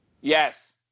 Yes